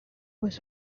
was